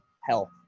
health